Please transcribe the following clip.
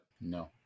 no